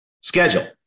schedule